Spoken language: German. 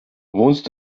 wohnst